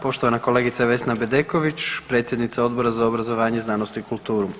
Poštovana kolegica Vesna Bedeković, predsjednica Odbora za obrazovanje, znanost i kulturu.